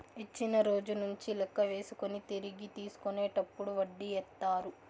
ఇచ్చిన రోజు నుంచి లెక్క వేసుకొని తిరిగి తీసుకునేటప్పుడు వడ్డీ ఏత్తారు